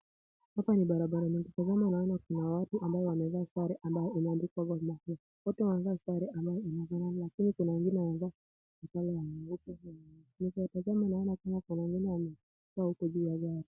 Hapa ni barabara ukitazama unaona kuna watu ambao wamevaa sare ambayo imeandikwa Volunteer . Wote wamevaa sare ambayo inafanana lakini kuwa wengine ambao ni sare ya nyeupe. Nikiwatazama naona tena kuna wengine wamekaa huko juu ya gari.